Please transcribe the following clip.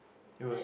it was